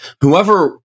whoever